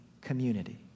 community